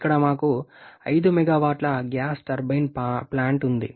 ఇక్కడ మాకు 5 మెగావాట్ల గ్యాస్ టర్బైన్ ప్లాంట్ ఉంది